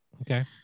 Okay